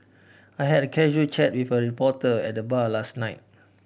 I had a casual chat with a reporter at the bar last night